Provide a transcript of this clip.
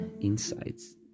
insights